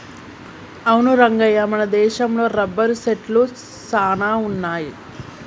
అవును రంగయ్య మన దేశంలో రబ్బరు సెట్లు సాన వున్నాయి